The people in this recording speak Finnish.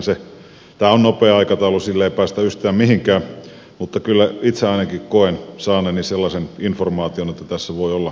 tämä on nopea aikataulu siitä ei päästä yhtään mihinkään mutta kyllä itse ainakin koen saaneeni sellaisen informaation että tässä voi olla mukana päättämässä